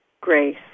grace